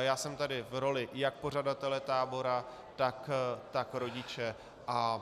Já jsem tady v roli jak pořadatele tábora, tak rodiče, a